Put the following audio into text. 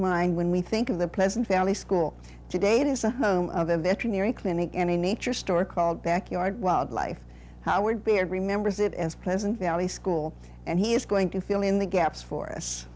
mind when we think of the pleasant family school today it is a home of the veterinary clinic any nature store called backyard wildlife how would be it remembers it as pleasant valley school and he's going to fill in the gaps for us